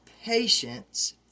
patience